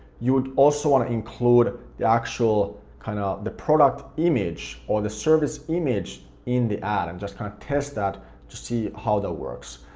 you would also want to include the actual, kinda the product image or the service image in the ad and just kind of test that to see how that works.